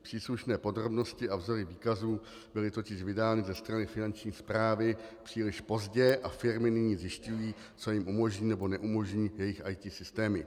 Příslušné podrobnosti a vzory výkazů byly totiž vydány ze strany Finanční správy příliš pozdě a firmy nyní zjišťují, co jim umožní nebo neumožní jejich IT systémy.